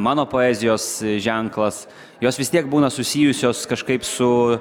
mano poezijos ženklas jos vis tiek būna susijusios kažkaip su